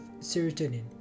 serotonin